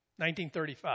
1935